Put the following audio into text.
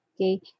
okay